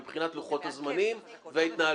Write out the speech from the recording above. מבחינת לוחות הזמנים וההתנהלות.